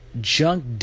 Junk